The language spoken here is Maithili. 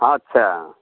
अच्छा